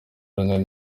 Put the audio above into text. runini